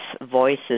voices